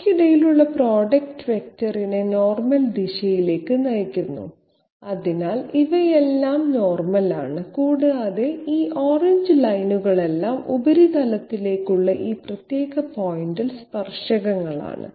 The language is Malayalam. അവയ്ക്കിടയിലുള്ള പ്രൊഡക്റ്റ് വെക്ടറിനെ നോർമൽ ദിശയിലേക്ക് നയിക്കുന്നു അതിനാൽ ഇവയെല്ലാം നോർമൽ ആണ് കൂടാതെ ഈ ഓറഞ്ച് ലൈനുകളെല്ലാം ഉപരിതലത്തിലേക്കുള്ള ഈ പ്രത്യേക പോയിന്റിൽ സ്പർശകങ്ങളാണ്